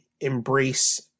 embrace